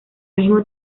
mismo